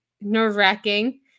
nerve-wracking